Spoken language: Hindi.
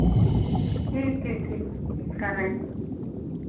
ठीक ठीक ठीक कर रहे हैं